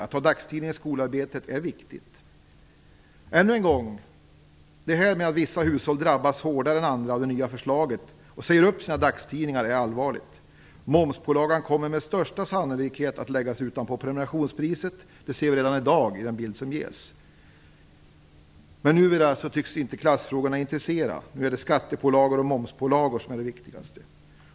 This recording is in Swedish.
Att ha en dagstidning i skolarbetet är viktigt. Att vissa hushåll drabbas hårdare än andra av det nya förslaget och därför säger upp sina prenumerationer på dagstidningar är allvarligt. Momspålagan kommer med största sannolikhet att läggas ovanpå prenumerationspriset. Det ser vi redan i dag av den bild som ges. Men nu tycks inte klassfrågorna intressera. Nu är det skatte och momspålagor som är det viktigaste.